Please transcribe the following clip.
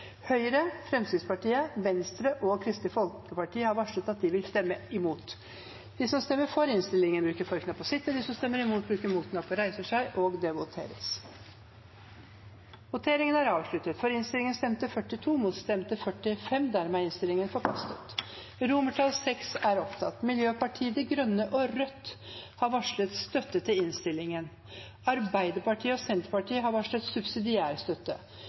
Høyre, Fremskrittspartiet, Venstre og Kristelig Folkeparti har varslet at de vil stemme imot. Det voteres over VI. Miljøpartiet De Grønne og Rødt har varslet støtte til innstillingen. Arbeiderpartiet og Senterpartiet har varslet subsidiær støtte.